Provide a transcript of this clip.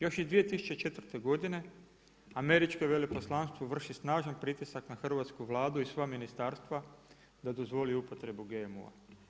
Još je 2004. godine američko veleposlanstvo vrši snažni pritisak na Hrvatsku Vladu i sva ministarstva da dozvoli upotrebu GMO-a.